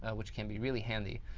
ah which can be really handy.